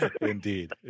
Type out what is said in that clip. Indeed